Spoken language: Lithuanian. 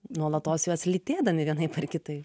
nuolatos juos lytėdami vienaip ar kitaip